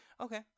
Okay